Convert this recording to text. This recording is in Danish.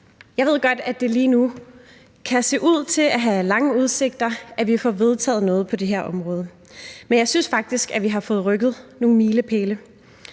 Jeg ved godt, at det lige nu kan se ud til at have lange udsigter, at vi får vedtaget noget på det her område, men jeg synes faktisk, at vi har fået rykket nogle milepæle.